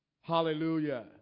Hallelujah